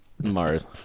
Mars